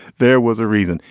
there was a reason.